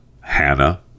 Hannah